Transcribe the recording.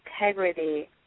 integrity